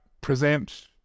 present